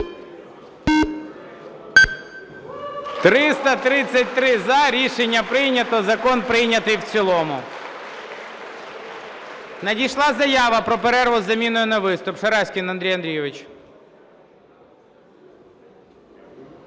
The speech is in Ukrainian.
За-333 Рішення прийнято. Закон прийнятий в цілому. Надійшла заява про перерву із заміною на виступ. Шараськін Андрій Андрійович.